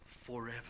forever